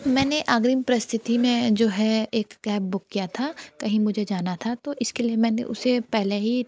मैंने अग्रिम परिस्तिथि में जो है एक कैब बुक किया था कहीं मुझे जाना था तो इसके लिए मैंने उसे पहले ही